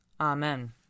Amen